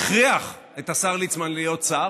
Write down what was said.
הכריח את השר ליצמן להיות שר,